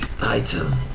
item